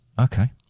Okay